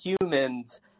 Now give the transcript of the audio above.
humans